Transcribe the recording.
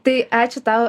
tai ačiū tau